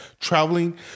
traveling